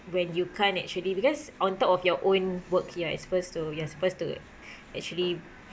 when you can't actually because on top of your own work you are exposed to you are supposed to actually